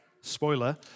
spoiler